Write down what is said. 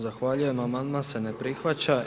Zahvaljujem, amandman se ne prihvaća.